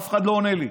אף אחד לא עונה לי.